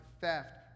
theft